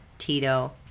Tito